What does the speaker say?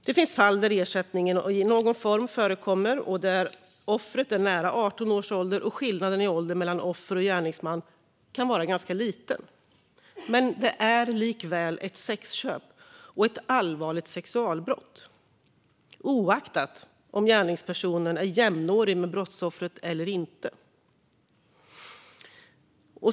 Det finns fall där ersättning i någon form förekommer och där offret är nära 18 års ålder samt skillnaden i ålder mellan offer och gärningsman kan vara liten, men det är likväl ett sexköp och ett allvarligt sexualbrott - oavsett om gärningspersonen är jämnårig med brottsoffret eller inte.